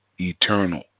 eternal